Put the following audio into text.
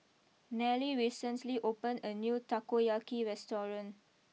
Nellie recently opened a new Takoyaki restaurant